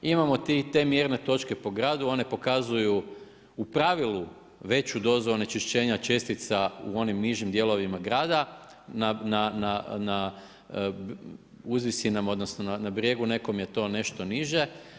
Imamo te mjerne točke po gradu, one pokazuju u pravilu veću dozu onečišćenja čestica u onim nižim dijelovima grada na uzvisinama, odnosno na brijegu nekom je to nešto niže.